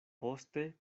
poste